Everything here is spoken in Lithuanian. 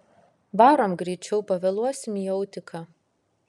varom greičiau pavėluosim į autiką